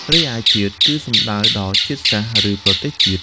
រីឯ «ជាតិ» គឺសំដៅដល់ជាតិសាសន៍ ឬប្រទេសជាតិ។